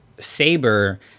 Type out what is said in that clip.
saber